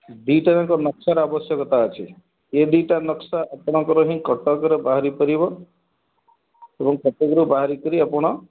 ଦୁଇଟା ଯାକ ନକ୍ସାର ଆବଶ୍ୟକତା ଅଛି ଏ ଦୁଇଟା ନକ୍ସା ଆପଣଙ୍କର ହିଁ କଟକରେ ବାହାରି ପାରିବ ଏବଂ କଟକରୁ ବାହାର କରି ଆପଣ